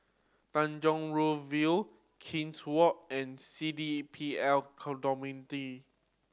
Tanjong Rhu View King's Walk and C D P L